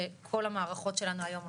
שכל המערכות שלנו היום,